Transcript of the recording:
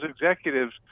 executives